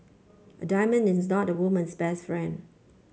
a diamond is not a woman's best friend